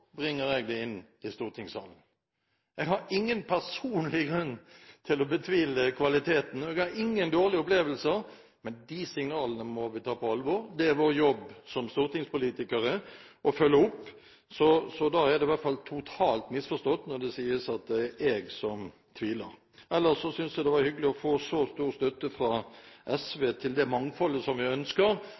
bringer jeg det inn i stortingssalen. Jeg har ingen personlig grunn til å betvile kvalitetene, og jeg har ingen dårlige opplevelser. Men de signalene må vi ta på alvor, det er vår jobb som stortingspolitikere å følge det opp. Da er det i hvert fall totalt misforstått når det sies at det er jeg som tviler. Ellers synes jeg det var hyggelig å få så stor støtte fra SV til det mangfoldet som vi ønsker.